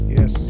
Yes